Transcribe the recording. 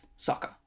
soccer